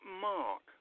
Mark